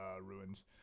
ruins